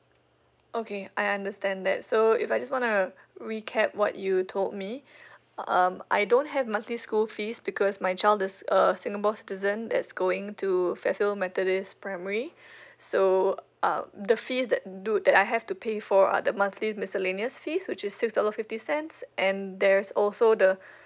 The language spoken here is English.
okay I understand that so if I just want to recap what you told me um I don't have monthly school fees because my child is a singapore citizen that's going to fairfield methodist primary so um the fees that do that I have to pay for are the monthly miscellaneous fees which is six dollar fifty cents and there's also the